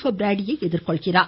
per பிராடியை எதிர்கொள்கிறார்